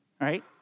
right